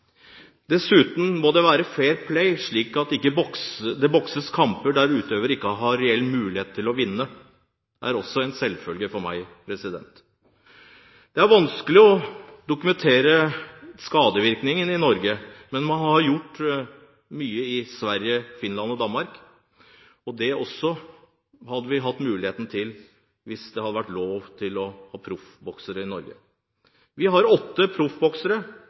Dessuten: At det må være fair play, slik at det ikke bokses kamper der utøver ikke har en reell mulighet til å vinne, er også en selvfølge for meg. Det er vanskelig å dokumentere skadevirkninger i Norge, men man har gjort mye i Sverige, Finland og Danmark. Det hadde vi også hatt muligheten til hvis det hadde vært lov å proffbokse i Norge. Vi har åtte